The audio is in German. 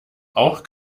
auch